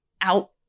out